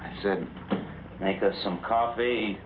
i said make us some coffee